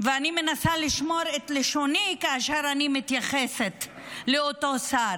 ואני מנסה לשמור את לשוני כאשר אני מתייחסת לאותו שר,